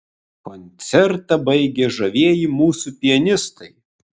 koncertą baigė žavieji mūsų pianistai